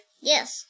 Yes